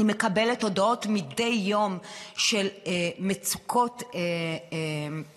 אני מקבלת הודעות מדי יום של מצוקות נוראיות.